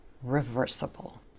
Reversible